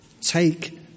Take